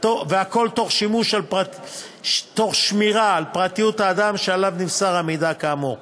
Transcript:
והכול תוך שמירה על פרטיות האדם שעליו נמסר המידע כאמור.